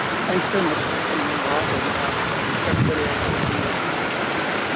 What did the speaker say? thanks very much, tiffany and rob, and and everybody else who's been working on this team.